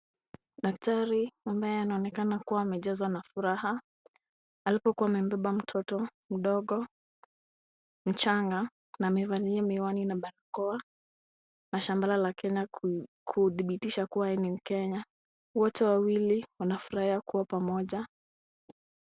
Daktari ambaye anaonekana kuwa amejazwa na furaha alipokuwa amebeba mtoto mdogo mchanga na amevalia miwani na barakoa na shampala la Kenya kudhibitisha kuwa yeye ni mkenya. Wote wawili wanafurahia kuwa pamoja.